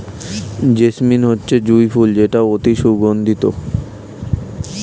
jasmine হচ্ছে জুঁই ফুল যেটা অতি সুগন্ধিত